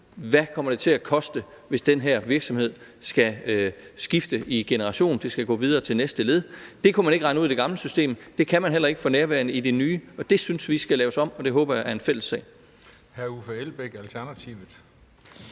det kommer til at koste, hvis en virksomhed skal generationsskifte og virksomheden skal gå videre til næste led. Det kunne man ikke regne ud i det gamle system. Det kan man heller ikke for nærværende i det nye. Det synes vi skal laves om, og det håber jeg er en fælles sag. Kl. 14:38 Den fg.